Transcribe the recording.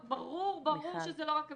ברור, ברור שזו לא רק המשטרה.